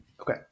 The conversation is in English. Okay